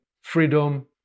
freedom